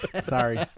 Sorry